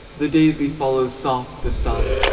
the daisy follows soft the sun,